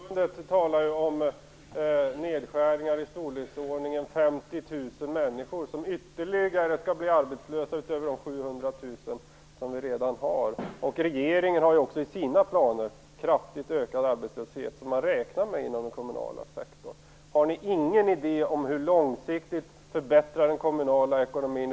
Fru talman! Kommunförbundet talar om nedskärningar i storleksordningen 50 000 människor. Så många skall alltså bli arbetslösa, utöver de 700 000 vi redan har. Regeringen räknar också i sina planer med en kraftigt ökad arbetslöshet inom den kommunala sektorn. Har ni ingen idé om hur man långsiktigt kan förbättra den kommunala ekonomin?